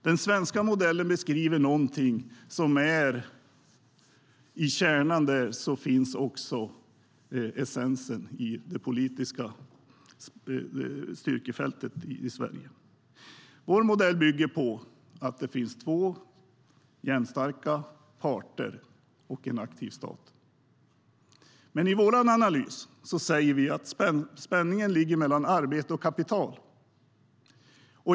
Den svenska modellen beskriver någonting där essensen finns i kärnan i det politiska styrkefältet i Sverige. Vår modell bygger på att det finns två jämnstarka parter och en aktiv stat. Men i vår analys säger vi att spänningen ligger mellan arbete och kapital.